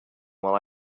while